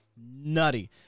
nutty